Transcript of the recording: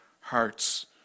hearts